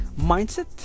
mindset